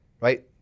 right